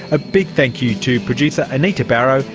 a big thank you to producer anita barraud,